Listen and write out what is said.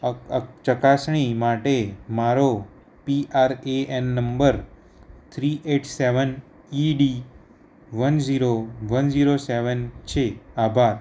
ચકાસણી માટે મારો P R A N number three eight seven E D one zero one zero seven છે આભાર